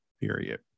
period